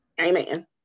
Amen